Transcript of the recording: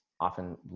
often